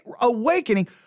awakening